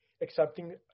accepting